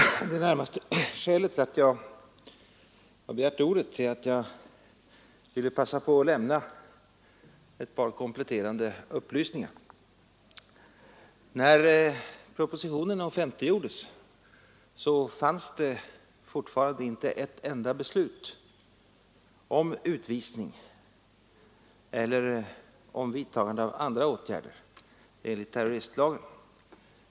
Herr talman! Det främsta skälet till att jag har begärt ordet är att jag ville passa på att lämna ett par kompletterande upplysningar. När propositionen offentliggjordes fanns fortfarande inte ett enda beslut om utvisning eller om vidtagande av andra åtgärder enligt terroristlagen.